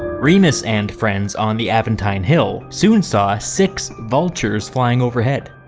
remus and friends on the aventine hill soon saw six vultures flying overhead.